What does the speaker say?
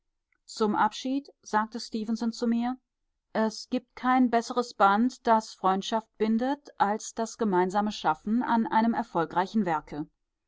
zum abschied sagte stefenson zu mir es gibt kein besseres band das freundschaft bindet als das gemeinsame schaffen an einem erfolgreichen werke